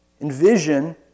envision